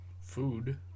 food